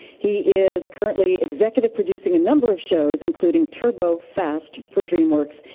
he is currently executive producing a number of shows, including turbo fast for dreamworks.